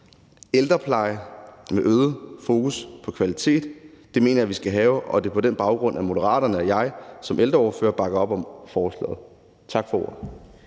Ældrepleje med øget fokus på kvalitet mener jeg vi skal have, og det er på den baggrund, at Moderaterne og jeg som ældreordfører bakker op om forslaget. Tak for ordet.